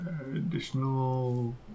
Additional